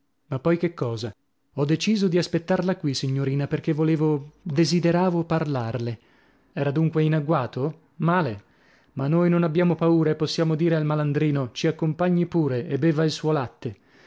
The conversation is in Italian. ma poi che cosa ho deciso di aspettarla qui signorina perchè volevo desideravo parlarle era dunque in agguato male ma noi non abbiamo paura e possiamo dire al malandrino ci accompagni pure e beva il suo latte